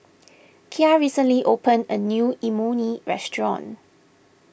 Kya recently opened a new Imoni Restaurant